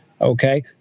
Okay